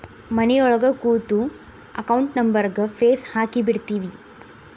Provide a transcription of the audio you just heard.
ಮನಿಯೊಳಗ ಕೂತು ಅಕೌಂಟ್ ನಂಬರ್ಗ್ ಫೇಸ್ ಹಾಕಿಬಿಡ್ತಿವಿ